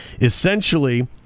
essentially